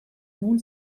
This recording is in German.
nun